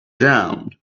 down